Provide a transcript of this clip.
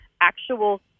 actual